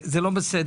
זה לא בסדר.